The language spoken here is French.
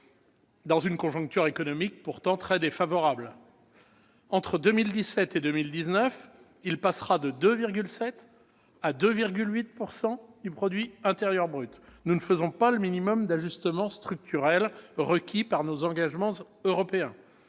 dans une conjoncture économique pourtant très défavorable. Entre 2017 et 2019, il passera de 2,7 % à 2,8 % du PIB. Nous ne faisons pas le minimum d'ajustement structurel requis par nos engagements européens